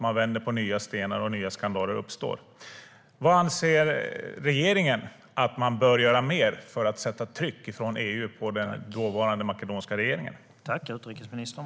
Man vänder på nya stenar, och nya skandaler kommer fram. Vad anser regeringen att man bör göra mer för att sätta tryck från EU på den dåvarande makedoniska regeringen?